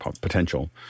potential